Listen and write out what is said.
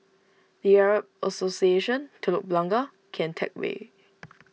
the Arab Association Telok Blangah Kian Teck Way